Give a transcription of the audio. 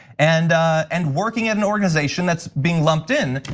and and working at an organization that's being lumped in,